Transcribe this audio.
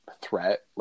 threat